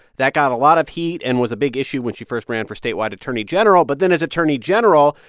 that got a lot of heat and was a big issue when she first ran for statewide attorney general. but then as attorney general,